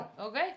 okay